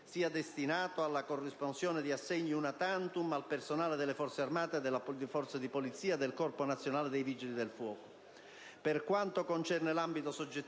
sia destinato alla corresponsione di assegni *una tantum* al personale delle Forze armate, delle Forze di polizia e del Corpo nazionale dei vigili del fuoco.